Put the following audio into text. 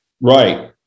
right